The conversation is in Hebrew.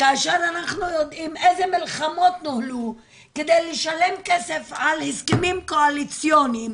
כאשר אנו יודעים איזה מלחמות נוהלו כדי לשלם כסף על הסכמים קואליציוניים